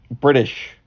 British